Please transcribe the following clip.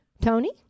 Tony